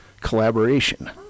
collaboration